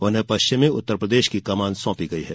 उन्हें पश्चिमी उत्तरप्रदेश की कमान सौंपी गई है